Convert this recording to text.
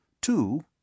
Two